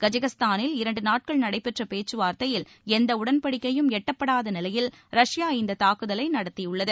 கஜகஸ்தானில் இரண்டு நாட்கள் நடைபெற்ற பேச்சுவார்த்தையில் எந்த உடன்படிக்கையும் எட்டப்படாத நிலையில் ரஷ்யா இந்த தாக்குதலை நடத்தியுள்ளது